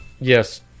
Yes